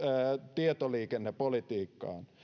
tietoliikennepolitiikkaan